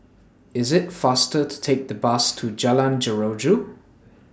IS IT faster to Take The Bus to Jalan Jeruju